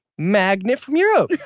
magnet from europe